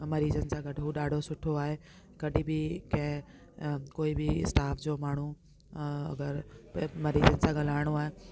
मरीजनि सां गॾ हू ॾाढो सुठो आहे कॾहिं बि कंहिं कोई बि स्टाफ जो माण्हू अगरि पै मरीजनि सां ॻाल्हाइणो आहे